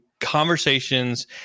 conversations